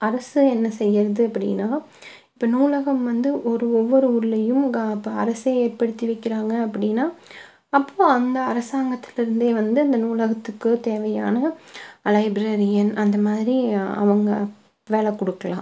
அரசு என்ன செய்கிறது அப்படின்னா இப்போ நூலகம் வந்து ஒரு ஒவ்வொரு ஊர்லேயும் இப்போ அரசு ஏற்படுத்தி வைக்கிறாங்க அப்படின்னா அப்போது அந்த அரசாங்கத்துக்கிட்டேருந்து வந்து அந்த நூலகத்துக்கு தேவையான லைப்ரரியன் அந்த மாதிரி அவங்க வேலை கொடுக்கலாம்